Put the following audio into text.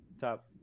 top